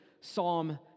Psalm